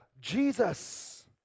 Jesus